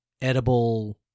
edible